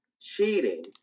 cheating